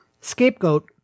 scapegoat